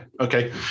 okay